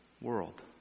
world